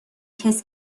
کِز